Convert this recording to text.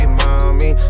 mommy